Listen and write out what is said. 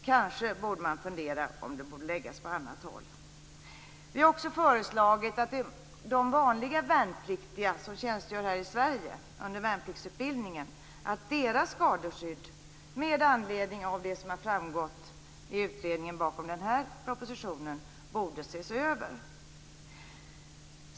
Kanske borde man fundera på om ansvaret borde läggas på annat håll. Med anledning av det som har framgått av utredningen bakom denna proposition har vi också föreslagit att skadeskyddet för de vanliga värnpliktiga som tjänstgör här i Sverige under värnpliktsutbildningen borde ses över.